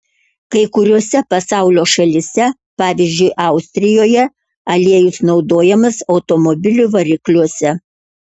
kai kuriose pasaulio šalyse pavyzdžiui austrijoje aliejus naudojamas automobilių varikliuose